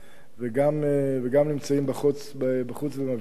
וגם נמצאים בחוץ ומפגינים: